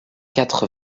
quatre